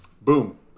boom